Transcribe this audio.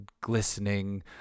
glistening